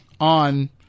On